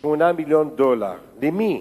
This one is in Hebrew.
8 מיליוני דולר, למי?